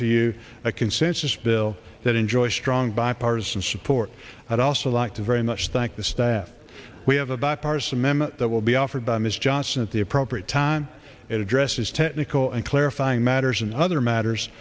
to you a consensus bill that enjoys strong bipartisan support i'd also like to very much thank the staff we have a bipartisan memo that will be offered by ms johnson at the appropriate time it addresses technical and clarifying matters and other matters